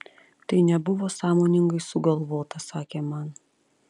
tai nebuvo sąmoningai sugalvota sakė man